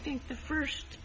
think the first